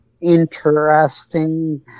interesting